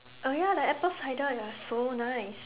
oh ya the apple cider was so nice